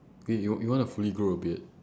wait you you want to fully grow a beard